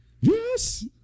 Yes